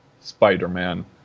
Spider-Man